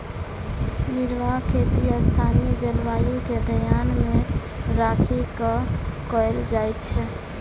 निर्वाह खेती स्थानीय जलवायु के ध्यान मे राखि क कयल जाइत छै